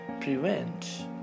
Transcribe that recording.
prevent